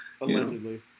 allegedly